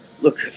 Look